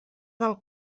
del